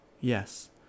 Yes